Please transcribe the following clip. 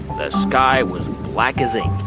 the sky was black as ink,